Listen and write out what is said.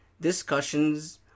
discussions